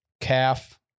calf